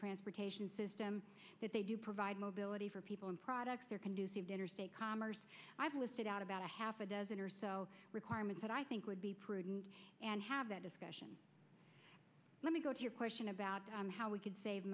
transportation system that they do provide mobility for people and products there conducive to interstate commerce i've listed out about a half a dozen or so requirements that i think would be prudent and have that discussion let me go to your question about how we could save